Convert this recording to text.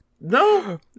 No